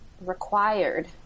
required